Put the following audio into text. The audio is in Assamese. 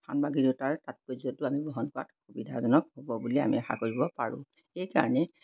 সাংবাদিকতাৰ তাৎপৰ্য্য়টো আমি বহন কৰাত সুবিধাজনক হ'ব বুলি আমি আশা কৰিব পাৰোঁ এইকাৰণে